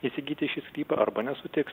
įsigyti šį sklypą arba nesutiks